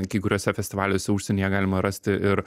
kai kuriuose festivaliuose užsienyje galima rasti ir